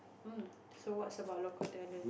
um so what about local talent